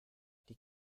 die